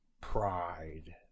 pride